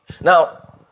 Now